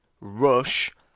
Rush